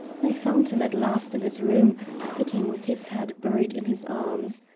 i found him at last in his room sitting with his head buried in his arms.